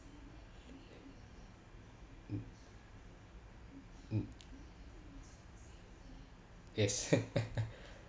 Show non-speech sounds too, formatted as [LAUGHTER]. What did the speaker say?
mm mm yes [LAUGHS]